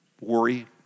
worry